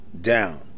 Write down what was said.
down